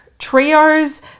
Trios